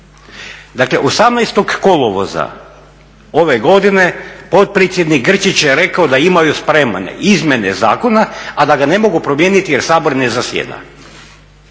Dakle, 18.kolovoza ove godine potpredsjednik Grčić je rekao da imaju spremne izmjene zakona, a da ga ne mogu promijeniti jer Sabor ne zasjeda.